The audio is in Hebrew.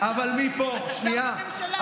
אתה שר בממשלה.